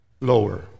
lower